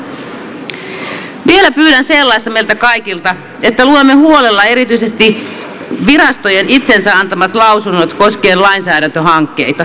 vielä pyydän sellaista meiltä kaikilta että luemme huolella erityisesti virastojen itsensä antamat lausunnot koskien lainsäädäntöhankkeita